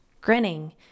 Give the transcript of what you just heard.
Grinning